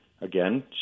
Again